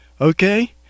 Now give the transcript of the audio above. Okay